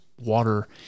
Water